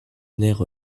nerf